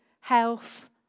health